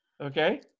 Okay